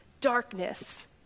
darkness